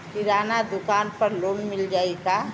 किराना दुकान पर लोन मिल जाई का?